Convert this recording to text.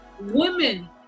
women